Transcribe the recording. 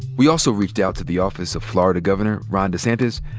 we also reached out to the office of florida governor ron desantis,